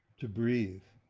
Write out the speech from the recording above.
to be